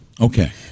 Okay